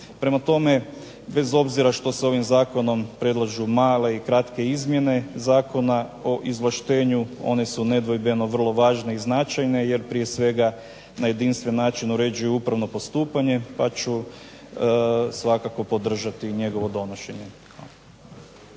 Prema tome bez obzira što se ovim zakonom predlažu male i kratke izmjene Zakona o izvlaštenju one su nedvojbeno vrlo važne i značajne jer prije svega na jedinstven način uređuju upravno postupanje pa ću svakako podržati njegovo donošenje.